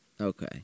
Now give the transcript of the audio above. Okay